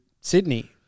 Sydney